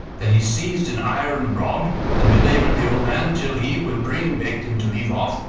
then he seized an iron rod and belabored the old man till he, whimpering, begged him to leave off,